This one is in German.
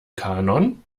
kanon